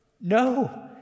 No